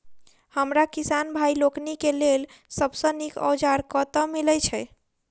हमरा किसान भाई लोकनि केँ लेल सबसँ नीक औजार कतह मिलै छै?